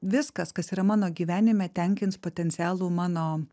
viskas kas yra mano gyvenime tenkins potencialų mano